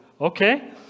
okay